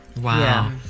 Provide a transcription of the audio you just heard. Wow